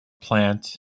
plant